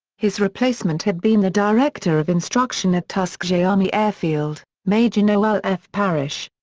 his replacement had been the director of instruction at tuskegee army airfield, major noel f. parrish.